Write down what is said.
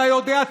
אתה יודע.